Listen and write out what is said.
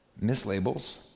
mislabels